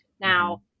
Now